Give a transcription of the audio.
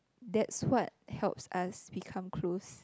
that's what helps us become close